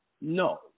No